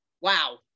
wow